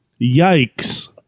Yikes